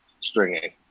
stringing